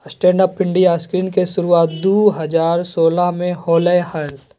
stand up India scheme के शुरुआत दू हज़ार सोलह में होलय हल